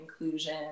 inclusion